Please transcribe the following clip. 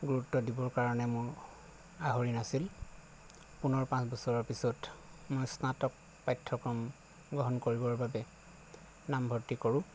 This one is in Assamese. গুৰুত্ব দিবৰ কাৰণে মোৰ আহৰি নাছিল পুনৰ পাঁচ বছৰৰ পিছত মই স্নাতক পাঠ্যক্ৰম গ্ৰহণ কৰিবৰ বাবে নামভৰ্তি কৰোঁ